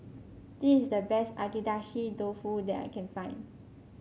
this is the best Agedashi Dofu that I can find